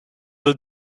the